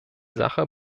sache